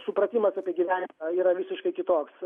supratimas apie gyvenimą yra visiškai kitoks